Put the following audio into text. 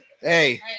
Hey